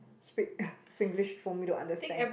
speak Singlish for me to understand